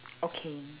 okay